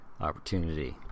opportunity